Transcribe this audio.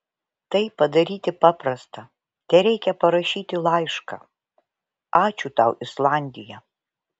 tai padaryti paprasta tereikia parašyti laišką ačiū tau islandija